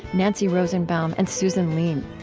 nancy rosenbaum, and susan leem.